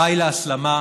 די להסלמה.